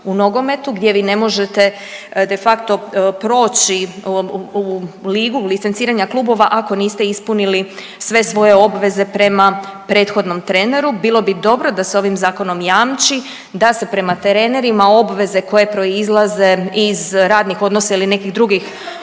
u nogometu gdje vi ne možete de facto proći u ligu u licenciranja klubova ako niste ispunili sve svoje obveze prema prethodnom treneru. Bilo bi dobro da se ovim zakonom jamči da se prema trenerima obveze koje proizlaze iz radnih odnosa ili nekih drugih